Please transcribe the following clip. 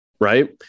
right